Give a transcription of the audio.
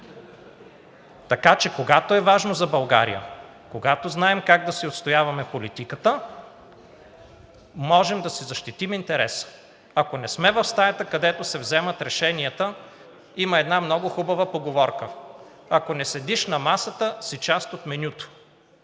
Така че когато е важно за България, когато знаем как да си отстояваме политиката, можем да си защитим интереса. Ако не сме в стаята, където се вземат решенията, има една много хубава поговорка: „Ако не седиш на масата, си част от менюто.“